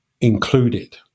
included